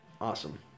Awesome